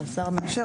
שהשר מאשר,